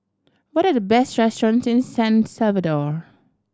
what are the best restaurants in San Salvador